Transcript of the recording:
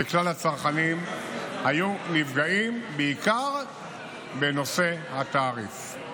וכלל הצרכנים היו נפגעים, בעיקר בנושא התעריף.